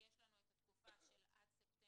כי יש לנו את התקופה של עד ספטמבר